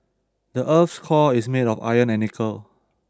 the earth's core is made of iron and nickel